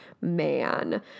man